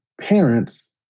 parents